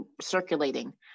circulating